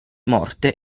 morte